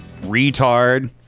Retard